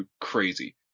crazy